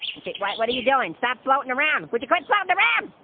okay, what what are you doing? stop floatin' around. would you quit floatin' around!